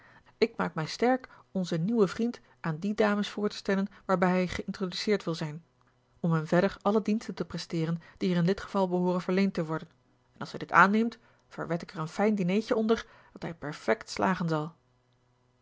ik maak mij sterk onzen nieuwen vriend aan die dames voor te stellen waarbij hij geïntroduceerd wil zijn om hem verder alle diensten te presteeren die er in dit geval behooren verleend te worden en als hij dit aanneemt verwed ik er een fijn dineetje onder dat hij perfekt slagen zal